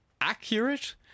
accurate